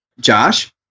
Josh